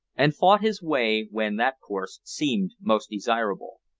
and fought his way when that course seemed most desirable.